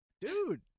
Dude